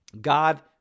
God